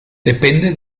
depende